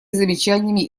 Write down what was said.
замечаниями